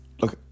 Look